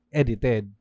edited